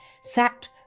sat